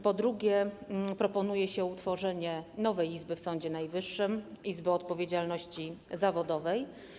Po drugie, proponuje się utworzenie nowej izby w Sądzie Najwyższym - Izby Odpowiedzialności Zawodowej.